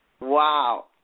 Wow